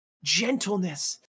Gentleness